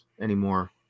anymore